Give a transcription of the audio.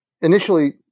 initially